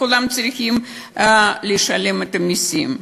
וכולם צריכים לשלם את המסים.